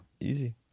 Easy